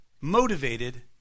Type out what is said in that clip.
motivated